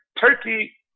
Turkey